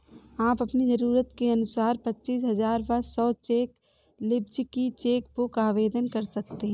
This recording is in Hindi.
आप अपनी जरूरत के अनुसार पच्चीस, पचास व सौ चेक लीव्ज की चेक बुक आवेदन कर सकते हैं